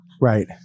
Right